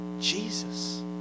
Jesus